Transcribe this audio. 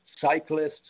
cyclists